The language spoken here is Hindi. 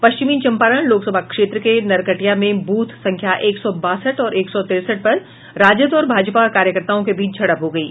पश्चिमी चंपारण लोकसभा क्षेत्र के नरकटिया में बूथ संख्या एक सौ बासठ और एक सौ तिरसठ पर राजद और भाजपा कार्यकर्ताओं के बीच झड़प हो गयी